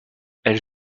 elle